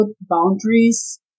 boundaries